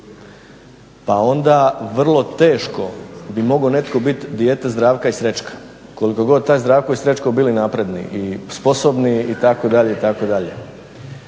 Pa onda vrlo teško bi mogao netko biti dijete zdravka i srećka koliko god taj zdravko i srećko biti napredni i sposobni itd., itd..